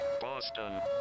Boston